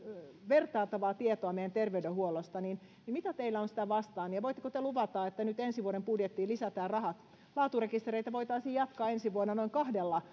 vertailtavaa tietoa meidän terveydenhuollostamme mitä teillä on sitä vastaan voitteko te luvata että nyt ensi vuoden budjettiin lisätään rahat laaturekistereitä voitaisiin jatkaa ensi vuonna noin kahdella